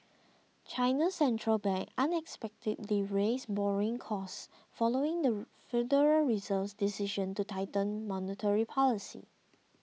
China's Central Bank unexpectedly raised borrowing costs following the Federal Reserve's decision to tighten monetary policy